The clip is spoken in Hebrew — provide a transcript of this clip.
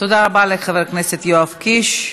תודה רבה לחבר הכנסת יואב קיש.